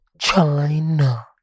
China